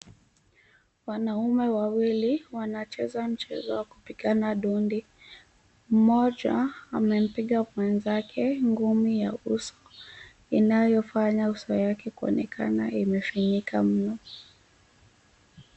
Wanaume wawili wanacheza mchezo wa kupigana dondi . Mmoja amempiga mwenzake ngumi ya uso inayofanya uso yake kuonekana imefinyika mno.